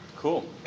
Cool